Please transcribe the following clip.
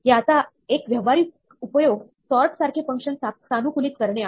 याचा एक व्यवहारिक उपयोग सॉर्ट सारखे फंक्शन सानुकूलित करणे आहे